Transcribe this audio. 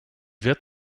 wird